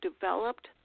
developed